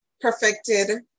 Perfected